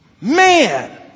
Man